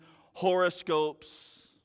horoscopes